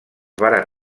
varen